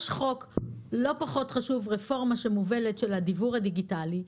יש חוק לא פחות חשוב, רפורמה בדיוור הדיגיטלי.